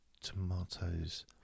tomatoes